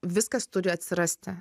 viskas turi atsirasti